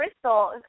Crystal